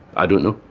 i don't know,